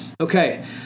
Okay